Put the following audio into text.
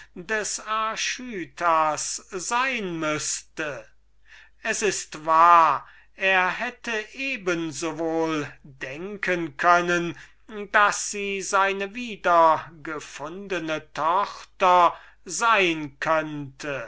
des archytas sein müßte es ist wahr er hätte eben so wohl denken können daß sie seine wiedergefundene tochter sein könnte